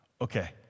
Okay